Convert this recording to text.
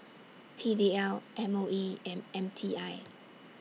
P D L M O E and M T I